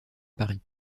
paris